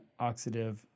oxidative